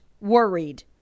worried